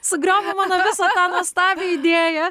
sugriovė mano visą tą nuostabią idėją